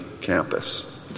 campus